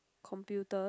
computer